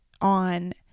on